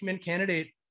candidate